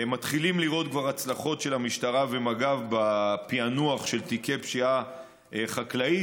מתחילים לראות כבר הצלחות של המשטרה ומג"ב בפענוח של תיקי פשיעה חקלאית.